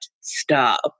stop